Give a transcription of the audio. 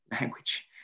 language